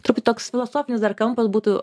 truputį toks filosofinis dar kampas būtų